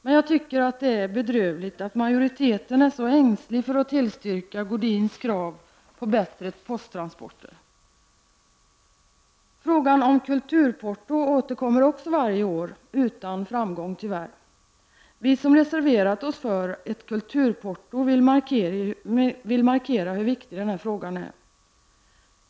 Men jag tycker att det är bedrövligt att majoriteten är så ängslig för att tillstyrka Sigge Godins krav på bättre posttransporter. Frågan om ett kulturporto återkommer också varje år, tyvärr utan framgång. Vi som har reserverat oss för ett kulturporto vill markera hur viktig frågan är.